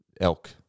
Elk